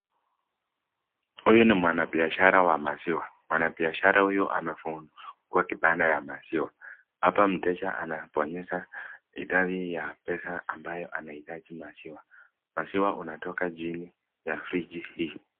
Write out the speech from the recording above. Huyu ni mwanabiashara wa maziwa. Mwanabiashara huyo amefungua kibanda ya maziwa. Hapa mteja anabonyeza idadi ya pesa ambayo anahitaji maziwa. Maziwa inatoka chini ya friji hii.